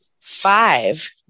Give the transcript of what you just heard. five